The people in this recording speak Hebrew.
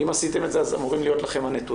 אם עשיתם את זה אז אמורים להיות לכם הנתונים,